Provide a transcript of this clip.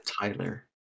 Tyler